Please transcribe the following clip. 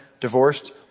divorced